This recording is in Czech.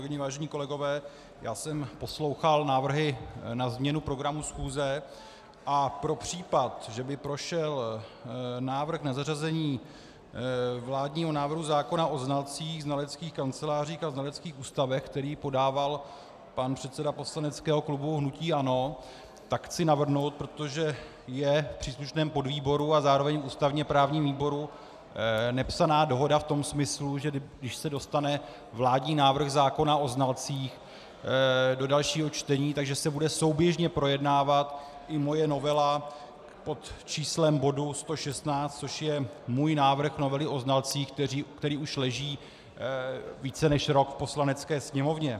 Milé kolegyně, vážení kolegové, poslouchal jsem návrhy na změnu programu schůze a pro případ, že by prošel návrh na zařazení vládního návrhu zákona o znalcích, znaleckých kancelářích a znaleckých ústavech, který podával pan předseda poslaneckého klubu hnutí ANO, tak chci navrhnout protože je v příslušném podvýboru a zároveň v ústavněprávním výboru nepsaná dohoda v tom smyslu, že když se dostane vládní návrh zákona o znalcích do dalšího čtení, tak se bude souběžně projednávat i moje novela pod číslem bodu 116, což je můj návrh novely o znalcích, který už leží více než rok v Poslanecké sněmovně.